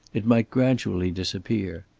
it might gradually disappear.